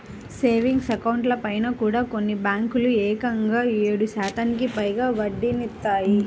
savings అకౌంట్లపైన కూడా కొన్ని బ్యేంకులు ఏకంగా ఏడు శాతానికి పైగా వడ్డీనిత్తన్నాయి